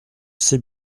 sais